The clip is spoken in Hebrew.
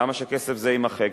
למה שכסף זה יימחק?